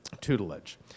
tutelage